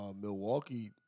Milwaukee